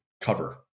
cover